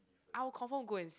I will confirm go and see